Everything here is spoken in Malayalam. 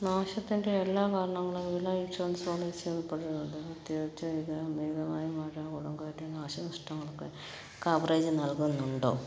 നാശത്തിൻ്റെ എല്ലാ കാരണങ്ങളും വിള ഇൻഷുറൻസ് പോളിസിയിൽ ഉൾപ്പെട്ടിട്ടുണ്ടോ പ്രത്യേകിച്ചും ഇത് അമിതമായ മഴ കൊടുങ്കാറ്റ് നാശനഷ്ടങ്ങൾക്ക് കവറേജ് നൽകുന്നുണ്ടോ